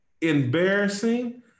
embarrassing